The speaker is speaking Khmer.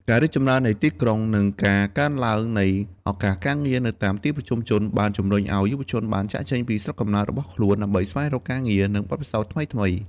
ការរីកចម្រើននៃទីក្រុង និងការកើនឡើងនៃឱកាសការងារនៅតាមទីប្រជុំជន បានជំរុញយុវជនឱ្យចាកចេញពីស្រុកកំណើតរបស់ខ្លួន ដើម្បីស្វែងរកការងារ និងបទពិសោធន៍ថ្មីៗ។